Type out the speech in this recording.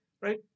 right